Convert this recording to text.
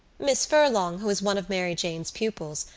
miss furlong, who was one of mary jane's pupils,